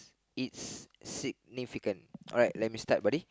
it's significant alright let me start buddy